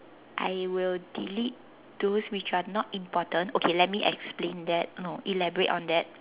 I will delete those which are not important okay let me explain that no elaborate on that